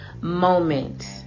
moment